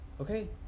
okay